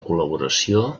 col·laboració